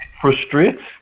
frustrates